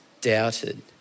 doubted